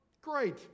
great